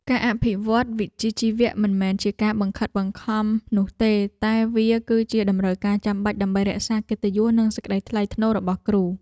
ការអភិវឌ្ឍវិជ្ជាជីវៈមិនមែនជាការបង្ខិតបង្ខំនោះទេតែវាគឺជាតម្រូវការចាំបាច់ដើម្បីរក្សាកិត្តិយសនិងសេចក្តីថ្លៃថ្នូររបស់គ្រូ។